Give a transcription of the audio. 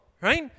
right